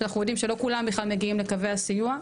כשאנחנו יודעים שלא כולם בכלל מגיעים לקווי הסיוע,